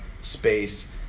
space